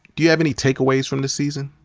do you have any takeaways from the season?